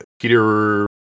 Peter